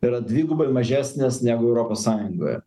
yra dvigubai mažesnės negu europos sąjungoje